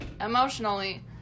emotionally